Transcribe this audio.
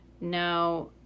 Now